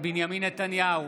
בנימין נתניהו,